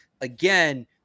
again